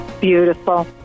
Beautiful